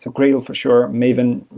um gradle for sure. maven,